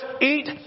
eat